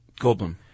Goldblum